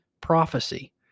prophecy